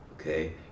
okay